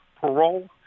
parole